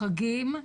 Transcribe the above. חגים,